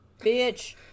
bitch